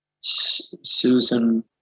Susan